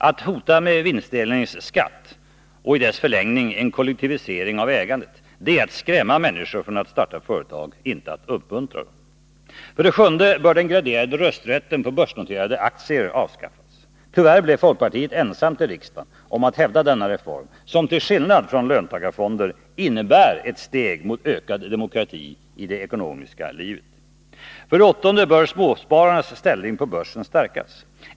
Att hota med vinstdelningsskatt och i dess förlängning en kollektivisering av ägandet är att skrämma människor från att starta företag, inte att uppmuntra dem. För det sjunde bör den graderade rösträtten på börsnoterade aktier avskaffas. Tyvärr blev folkpartiet ensamt i riksdagen om att hävda denna reform, som till skillnad från löntagarfonder innebär ett steg mot ökad demokrati i det ekonomiska livet. För det åttonde bör småspararnas ställning på börsen stärkas.